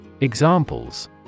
Examples